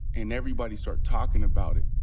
and everybody start talkin' about it,